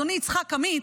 אדוני יצחק עמית,